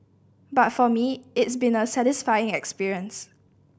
but for me it's been a satisfying experience